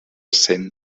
cent